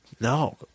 No